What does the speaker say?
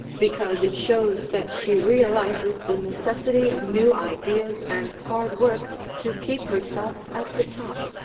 because it shows that she realizes the necessity of new ideas and hard work to keep herself at the top.